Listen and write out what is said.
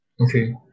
Okay